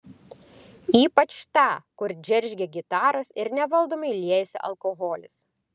ypač tą kur džeržgia gitaros ir nevaldomai liejasi alkoholis